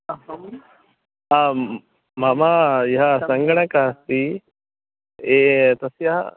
अहम् आं मम यत् सङ्गणकम् अस्ति एतस्य